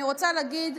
אני רוצה להגיד,